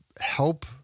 help